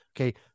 Okay